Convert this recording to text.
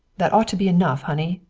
that ought to be enough, honey.